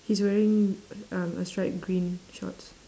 he's wearing um a striped green shorts